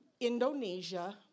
Indonesia